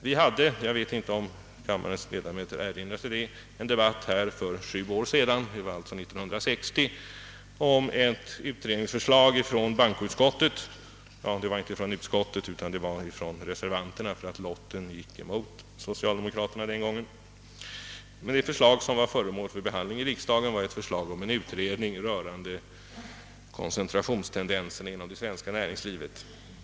Det förekom — jag vet inte om kammarens ledamöter erinrar sig detta — år 1960 en debatt om ett utredningsförslag från bankoutskottet, d. v. s. från reservanterna eftersom lotten gick emot socialdemokraterna den gången. Förslaget gällde en utredning rörande koncentrationstendenserna inom det svenska näringslivet.